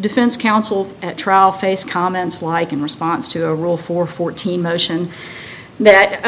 defense counsel at trial face comments like in response to a rule for fourteen motion that